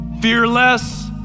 Fearless